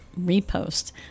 repost